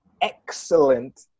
excellent